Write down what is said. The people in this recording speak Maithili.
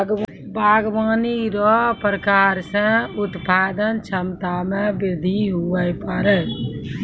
बागवानी रो प्रकार से उत्पादन क्षमता मे बृद्धि हुवै पाड़ै